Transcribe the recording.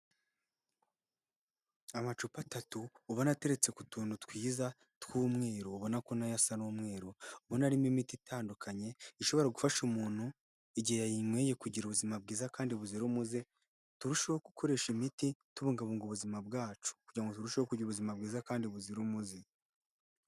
Amacupa atatu ubona nateretse ku tuntu twiza tw'umweru ubona ko na yo asa n'umweru, ubona arimo imiti itandukanye ishobora gufasha umuntu igihe yayinyweye kugira ubuzima bwiza kandi buzira umuze, turusheho gukoresha imiti tubungabunga ubuzima bwacu kugira ngo turusheho kugira ubuzima bwiza kandi buzira umuze.